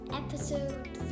episode